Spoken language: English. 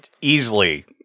Easily